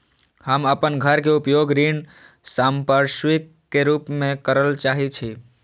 हम अपन घर के उपयोग ऋण संपार्श्विक के रूप में करल चाहि छी